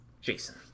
Jason